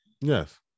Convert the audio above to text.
yes